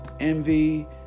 envy